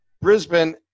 Brisbane